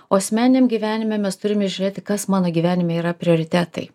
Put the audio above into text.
o asmeniniam gyvenime mes turime žiūrėti kas mano gyvenime yra prioritetai